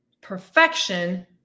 perfection